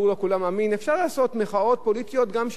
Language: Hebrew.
אפשר לעשות מחאות פוליטיות גם כשיבואו עשרות אלפים,